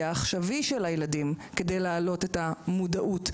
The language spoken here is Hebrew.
העכשווי של הילדים כדי להעלות את המודעות,